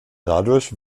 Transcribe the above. dadurch